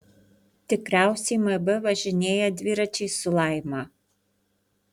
tikriausiai mb važinėjo dviračiais su laima